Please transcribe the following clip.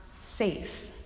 safe